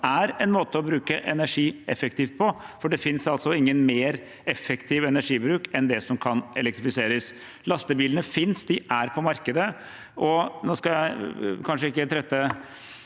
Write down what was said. er en måte å bruke energi effektivt på, for det finnes ingen mer effektiv energibruk enn det som kan elektrifiseres. Lastebilene finnes, de er på markedet. Jeg skal kanskje ikke trette